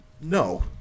No